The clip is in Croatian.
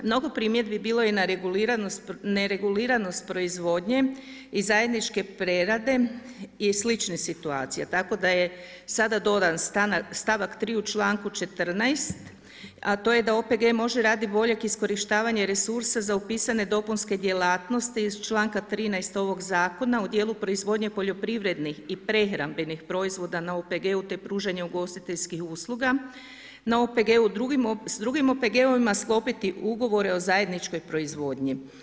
Mnogo primjedbi bilo je na nereguliranost proizvodnje i zajedničke prerade i sličnih situacija, tako da je sada dodan st. 3. u članku 14., a to je da OPG može radi boljeg iskorištavanja resursa za upisane dopunske djelatnosti iz čl. 13. ovog Zakona u dijelu proizvodnje poljoprivrednih i prehrambenih proizvoda na OPG-u, te pružanja ugostiteljskih usluga na OPG-u s drugim OPG-ovima sklopiti ugovore o zajedničkoj proizvodnji.